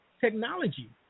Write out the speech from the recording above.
technology